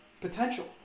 potential